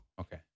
Okay